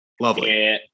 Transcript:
Lovely